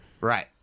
Right